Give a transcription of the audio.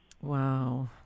Wow